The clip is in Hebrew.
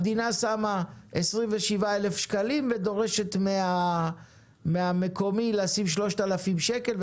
המדינה שמה 27,000 שקלים ודורשת מהמקומי לשים 3,000 שקל,